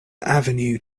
avenue